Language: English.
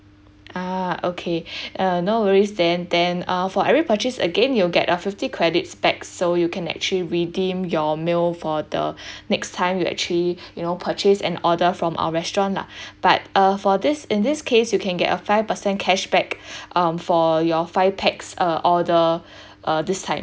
ah okay uh no worries then then uh for every purchase again you'll get a fifty credits back so you can actually redeem your meal for the next time you actually you know purchase an order from our restaurant lah but uh for this in this case you can get a five percent cashback um for your five pax uh order uh this time